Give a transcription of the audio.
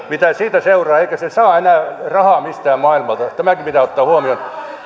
mitä siitä seuraa eikä se saa enää rahaa mistään maailmalta tämäkin pitää ottaa huomioon